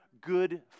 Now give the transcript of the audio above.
good